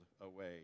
away